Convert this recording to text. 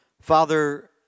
Father